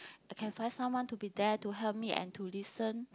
I can find someone to be there to help me and to listen